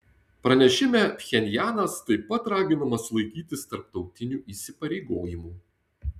pranešime pchenjanas taip pat raginamas laikytis tarptautinių įsipareigojimų